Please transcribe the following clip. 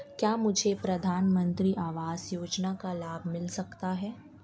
क्या मुझे प्रधानमंत्री आवास योजना का लाभ मिल सकता है?